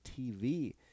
TV